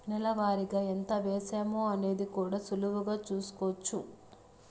నెల వారిగా ఎంత వేశామో అనేది కూడా సులువుగా చూస్కోచ్చు